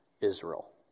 Israel